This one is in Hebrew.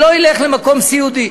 שלא ילך למקום סיעודי.